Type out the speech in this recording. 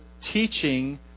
teaching